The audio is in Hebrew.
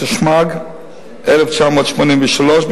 התשמ"ג 1983,